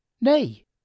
Nay